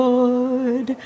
Lord